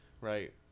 right